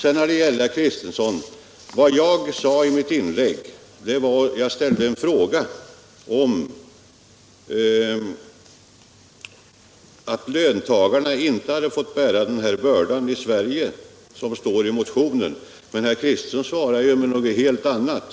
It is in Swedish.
I mitt inlägg ställde jag en fråga till herr Kristenson, huruvida löntagarna i Sverige inte hade fått bära den börda som det står om i motionen, och herr Kristenson svarade på något helt annat.